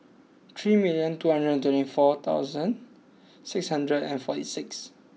three million two hundred and twenty four thousand six hundred and forty six